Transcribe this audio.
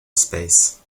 space